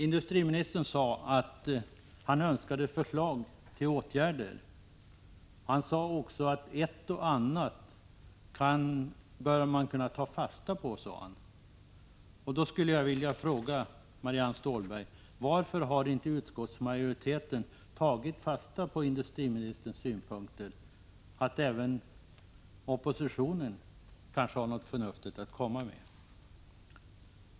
Industriministern sade att han önskade förslag till åtgärder. Han sade också att ett och annat bör man kunna ta fasta på. Nu skulle jag vilja fråga Marianne Stålberg: Varför har inte utskottsmajoriteten tagit fasta på industriministerns synpunkter att även oppositionen kanske har något förnuftigt att komma med?